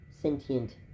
sentient